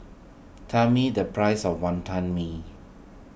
tell me the price of Wonton Mee